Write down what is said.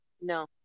No